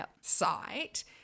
site